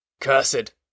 Cursed